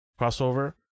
crossover